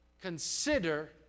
Consider